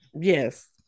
Yes